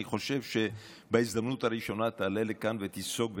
אני חושב שבהזדמנות הראשונה תעלה לכאן ותיסוג בך.